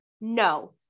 No